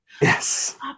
Yes